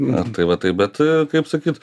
na tai va taip bet kaip sakyt